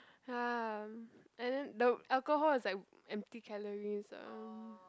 ya and then the alcohol is like empty calories ah